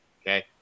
Okay